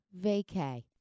vacay